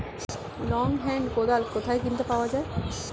Long hand কোদাল কোথায় কিনতে পাওয়া যায়?